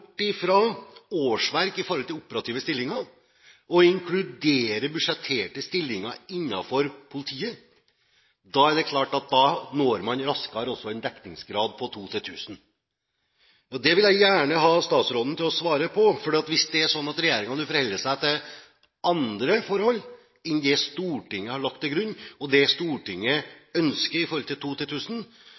årsverk når det gjelder operative stillinger, og inkluderer budsjetterte stillinger innenfor politiet, når man raskere en dekningsgrad på to til 1 000. Det vil jeg gjerne ha statsråden til å svare på, for hvis det er sånn at regjeringen nå forholder seg til andre forhold enn det Stortinget har lagt til grunn, og det Stortinget ønsker med tanke på to til